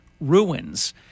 ruins